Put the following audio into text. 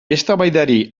eztabaidari